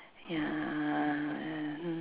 ya